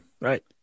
Right